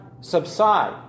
subside